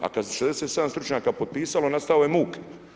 A kada su 67 stručnjaka potpisalo, nastalo je muk.